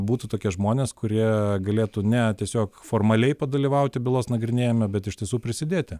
būtų tokie žmonės kurie galėtų ne tiesiog formaliai padalyvauti bylos nagrinėjime bet iš tiesų prisidėti